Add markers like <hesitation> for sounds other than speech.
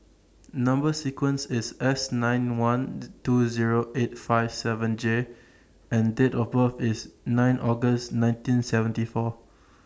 Number sequence IS S nine one <hesitation> two Zero eight five seven J and Date of birth IS nine August nineteen seventy four